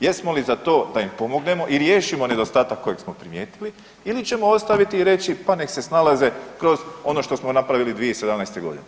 Jesmo li za to da im pomognemo i riješimo nedostatak koji smo primijetili, ili ćemo ostaviti i reći pa neka se snalaze kroz ono što smo napravili 2017. godine?